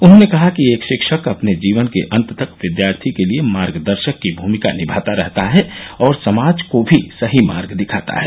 उन्होंने कहा कि एक शिक्षक अपने जीवन के अन्त तक विद्यार्थी के लिये मार्गदर्शक की भूमिका निमाता रहता है और समाज को भी सही मार्ग दिखाता है